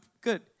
good